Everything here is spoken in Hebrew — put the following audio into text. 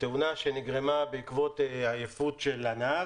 תאונה שנגרמה בעקבות עייפות של הנהג,